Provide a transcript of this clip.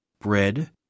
bread